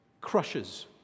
crushes